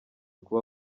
kuba